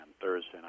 Thursday